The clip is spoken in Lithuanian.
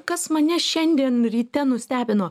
kas mane šiandien ryte nustebino